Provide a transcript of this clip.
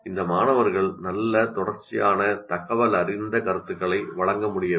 இந்த மாணவர்கள் நல்ல தொடர்ச்சியான தகவலறிந்த கருத்துக்களை வழங்க முடிய வேண்டும்